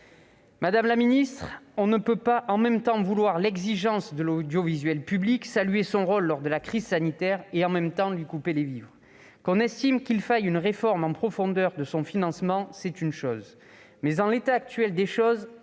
Madame la ministre, on ne peut pas en même temps vouloir l'exigence de l'audiovisuel public, saluer son rôle lors de la crise sanitaire et lui couper les vivres. Qu'on estime qu'il faille une réforme en profondeur de son financement, c'est une chose. Mais, en l'état actuel des choses,